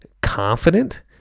confident